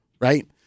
right